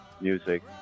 music